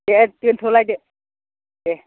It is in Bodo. दे दोनथ'लायदो दे